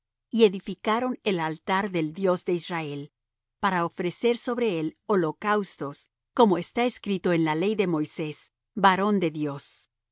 y edificaron el altar del dios de israel para ofrecer sobre él holocaustos como está escrito en la ley de moisés varón de dios